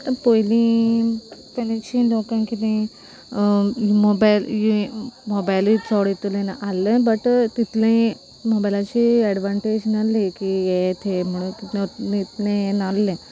पोयलीं तेन्नाशी लोकांक किदें मोबायल मोबायलूय चोड येतलें आहलें बट तितलें मोबायलाची एडवांटेज नाहली की हें थंय म्हणून इतलें हें नाहल्लें